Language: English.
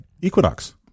Equinox